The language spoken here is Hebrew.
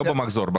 לא במחזור.